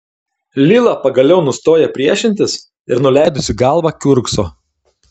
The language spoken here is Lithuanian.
lila pagaliau nustoja priešintis ir nuleidusi galvą kiurkso